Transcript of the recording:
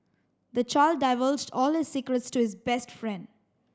the child divulged all his secrets to his best friend